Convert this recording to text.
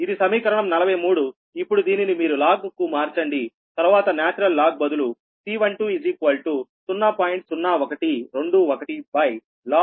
ఇది సమీకరణం 43 ఇప్పుడు దీనిని మీరు లాగ్ కు మార్చండి తర్వాత న్యాచురల్ లాగ్ బదులు C12 0